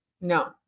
No